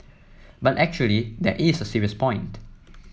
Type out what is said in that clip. but actually there is a serious point